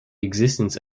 existence